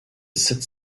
sept